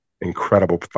incredible